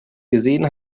gesehen